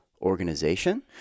organization